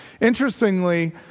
Interestingly